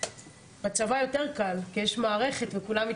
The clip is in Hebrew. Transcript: בצבא יותר קל, כי יש מערכת וכולם מתיישרים.